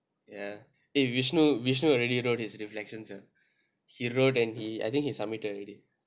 ya eh vishnu vishnu already wrote his reflections leh the wrote and he I think he submitted already